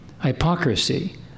Hypocrisy